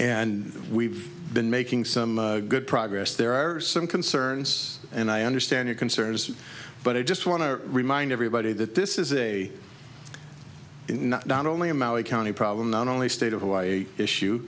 and we've been making some good progress there are some concerns and i understand your concerns but i just want to remind everybody that this is a not only a maori county problem not only state of hawaii issue